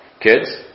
Kids